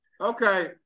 Okay